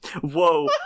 Whoa